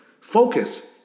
Focus